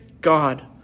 God